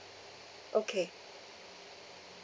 okay